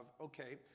okay